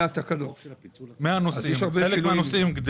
יש הרבה שינויים.